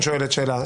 דותן, שאלה קצרה.